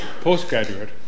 postgraduate